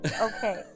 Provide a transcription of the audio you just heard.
Okay